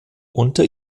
unter